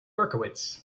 berkowitz